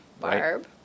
Barb